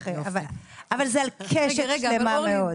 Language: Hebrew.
שלמה מאוד.